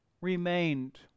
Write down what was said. remained